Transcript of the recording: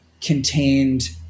contained